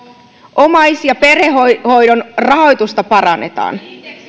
omais ja perhehoidon rahoitusta parannetaan